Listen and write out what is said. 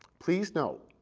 please note,